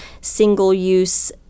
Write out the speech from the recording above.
single-use